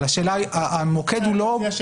אבל המוקד הוא לא בנמען,